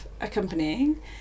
accompanying